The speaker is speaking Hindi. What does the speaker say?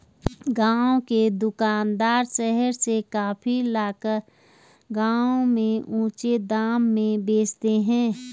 गांव के दुकानदार शहर से कॉफी लाकर गांव में ऊंचे दाम में बेचते हैं